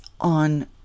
on